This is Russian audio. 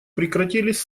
прекратились